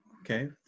Okay